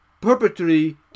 perpetually